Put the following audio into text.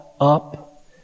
up